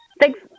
thanks